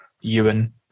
Ewan